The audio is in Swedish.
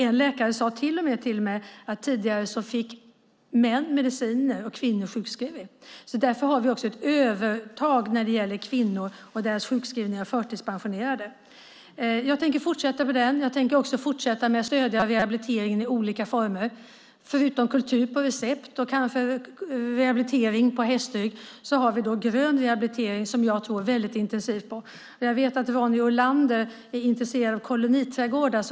En läkare sade till och med till mig: Tidigare fick män mediciner och kvinnor sjukskrivning. Därför har vi också ett övertag när det gäller kvinnor och deras sjukskrivning och förtidspensionering. Jag tänker fortsätta med detta. Jag tänker också fortsätta med att stödja rehabiliteringen i olika former. Förutom kultur på recept och kanske rehabilitering på hästrygg har vi grön rehabilitering som jag tror väldigt intensivt på. Jag vet att Ronny Olander är intresserad av koloniträdgårdar.